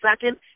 second